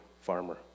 farmer